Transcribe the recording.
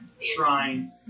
Shrine